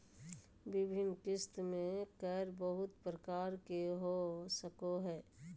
विभिन्न किस्त में कर बहुत प्रकार के हो सको हइ